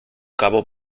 cabo